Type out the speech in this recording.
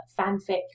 fanfic